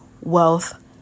wealth